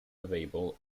available